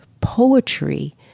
poetry